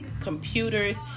computers